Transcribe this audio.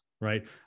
right